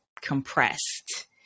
compressed